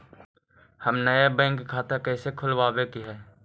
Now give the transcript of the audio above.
हम नया बैंक खाता कैसे खोलबाबे के है?